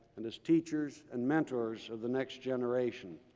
and as teachers and mentors of the next generation.